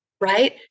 right